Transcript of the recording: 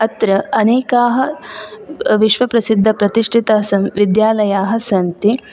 अत्र अनेकाः विश्वप्रसिद्धप्रतिष्टिताः विद्यालयाः सन्ति